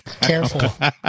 careful